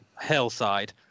hillside